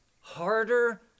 harder